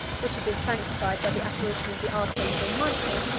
which had been sanctified by the apparition of the archangel michael,